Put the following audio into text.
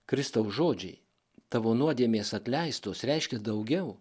kristaus žodžiai tavo nuodėmės atleistos reiškia daugiau